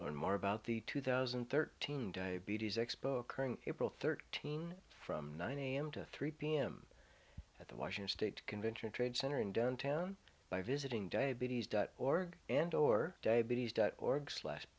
learn more about the two thousand and thirteen diabetes expo currying april thirteenth from nine am to three pm at the washington state convention trade center in downtown by visiting diabetes dot org and or diabetes dot org slash